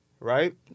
Right